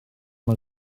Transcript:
yng